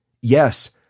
Yes